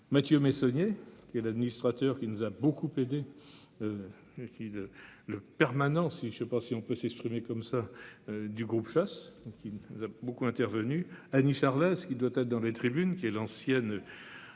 Mathieu Meissonnier et l'administrateur qui nous a beaucoup aidé. Qui le permanent si je ne sais pas si on peut s'exprimer comme ça. Du groupe chasse donc il nous a beaucoup intervenue Annie Charlet ce qui doit être dans les tribunes qui est l'ancienne.